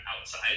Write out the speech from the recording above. outside